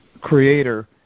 creator